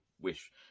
wish